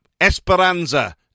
Esperanza